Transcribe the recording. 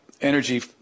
energy